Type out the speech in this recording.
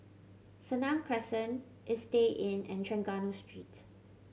Senang Crescent Istay Inn and Trengganu Street